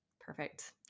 Perfect